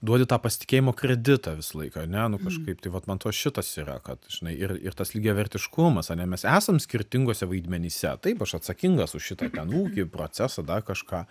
duoti tą pasitikėjimo kreditą visą laiką ane nu kažkaip tai vat man vat šitas yra kad žinai ir ir tas lygiavertiškumas ane mes esam skirtinguose vaidmenyse taip aš atsakingas už šitą ten ūkį procesą dar kažką